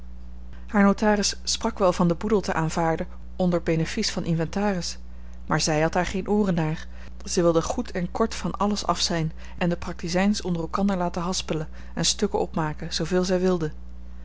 notaris sprak wel van den boedel te aanvaarden onder benefice van inventaris maar zij had daar geen ooren naar zij wilde goed en kort van alles af zijn en de praktizijns onder elkander laten haspelen en stukken opmaken zooveel zij wilden